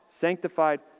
sanctified